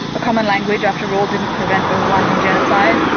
a common language after all didn't prevent the rwandan genocide,